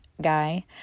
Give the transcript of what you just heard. guy